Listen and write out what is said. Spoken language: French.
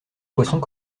poissons